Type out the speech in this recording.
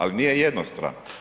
Ali nije jednostran.